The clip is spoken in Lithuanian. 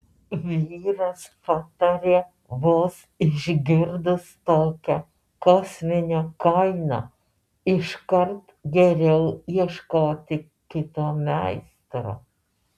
vyras patarė vos išgirdus tokią kosminę kainą iškart geriau ieškoti kito meistro